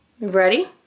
ready